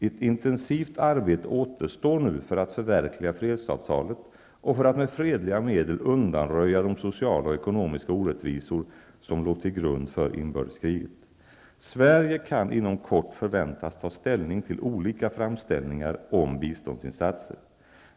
Ett intensivt arbete återstår nu för att förverkliga fredsavtalet och för att med fredliga medel undanröja de sociala och ekonomiska orättvisor som låg till grund för inbördeskriget. Sverige kan inom kort förväntas ta ställning till olika framställningar om biståndsinsatser.